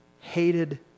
hated